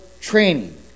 training